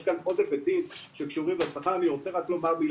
יש כאן עוד היבטים שקשורים לשכר של מורים.